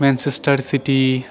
Manchester city